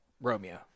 Romeo